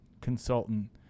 consultant